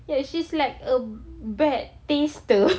she's a bad taster